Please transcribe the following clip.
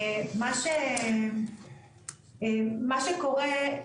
מה שקורה,